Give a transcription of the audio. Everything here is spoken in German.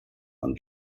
und